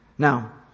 Now